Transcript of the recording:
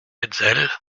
hetzel